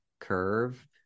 Curve